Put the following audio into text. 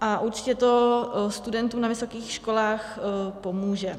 a určitě to studentům na vysokých školách pomůže.